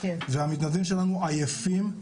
והמתנדבים שלנו עייפים,